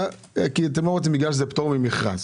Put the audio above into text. כי זה פטור ממכרז.